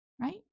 right